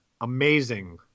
amazing